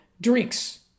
drinks